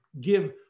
give